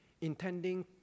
intending